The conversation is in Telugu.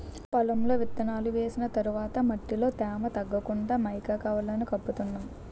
పొలంలో విత్తనాలు వేసిన తర్వాత మట్టిలో తేమ తగ్గకుండా మైకా కవర్లను కప్పుతున్నాం